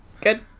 good